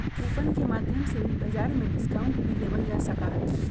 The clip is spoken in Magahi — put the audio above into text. कूपन के माध्यम से बाजार में डिस्काउंट भी लेबल जा सका हई